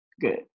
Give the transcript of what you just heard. good